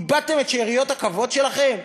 איבדתם את שאריות הכבוד שלכם?